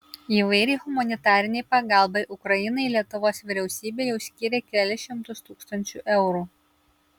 įvairiai humanitarinei pagalbai ukrainai lietuvos vyriausybė jau skyrė kelis šimtus tūkstančių eurų